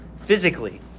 physically